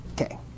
okay